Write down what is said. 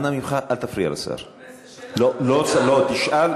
אנא ממך, אל תפריע לשר.